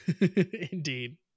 Indeed